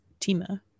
tima